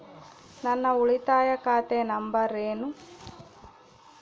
ನನ್ನ ಉಳಿತಾಯ ಖಾತೆ ನಂಬರ್ ಏನು?